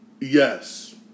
Yes